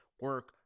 Work